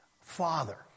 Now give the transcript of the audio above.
Father